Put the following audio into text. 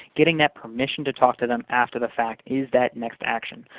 getting that permission to talk to them after the fact is that next action.